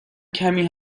کمی